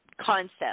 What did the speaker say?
concept